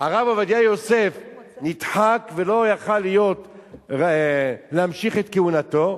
שהרב עובדיה יוסף נדחק ולא יכול היה להמשיך את כהונתו,